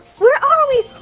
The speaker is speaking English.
where are we?